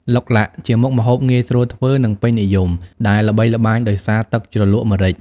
ឡុកឡាក់ជាមុខម្ហូបងាយស្រួលធ្វើ និងពេញនិយម ដែលល្បីល្បាញដោយសារទឹកជ្រលក់ម្រេច ។